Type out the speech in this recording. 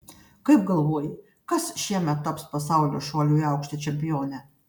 kaip galvoji kas šiemet taps pasaulio šuolių į aukštį čempione